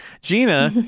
Gina